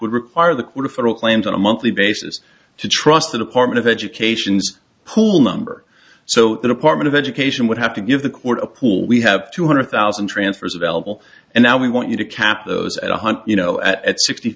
would require the court of federal claims on a monthly basis to trust the department of education's pool number so the department of education would have to give the court a pool we have two hundred thousand transfers available and now we want you to cap those at one hundred you know at sixty sixty